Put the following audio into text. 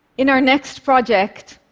in our next project,